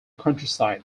countryside